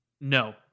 No